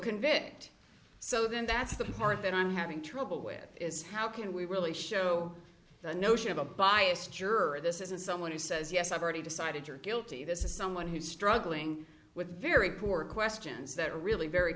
convict so then that's the part that i'm having trouble with is how can we really show the notion of a bias juror this isn't someone who says yes i've already decided you're guilty this is someone who's struggling with very poor questions that are really very